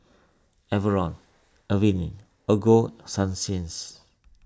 Enervon Avene Ego Sunsense